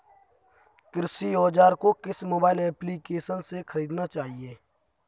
कृषि औज़ार को किस मोबाइल एप्पलीकेशन से ख़रीदना चाहिए?